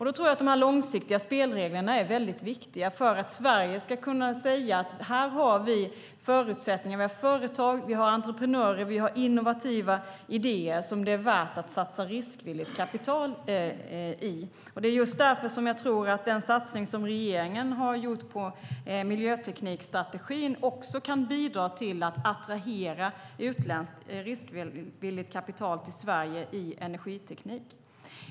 Då tror jag att de här långsiktiga spelreglerna är väldigt viktiga för att Sverige ska kunna säga: Här har vi förutsättningar. Vi har företag. Vi har entreprenörer. Vi har innovativa idéer som det är värt att satsa riskvilligt kapital i. Det är just därför som jag tror att den satsning som regeringen har gjort på miljöteknikstrategin också kan bidra till att attrahera utländskt riskvilligt kapital till Sverige när det gäller energiteknik.